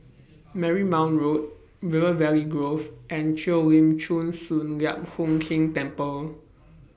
Marymount Road River Valley Grove and Cheo Lim Chin Sun Lian Hup Keng Temple